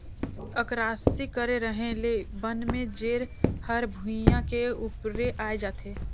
अकरासी करे रहें ले बन में जेर हर भुइयां के उपरे आय जाथे